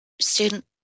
student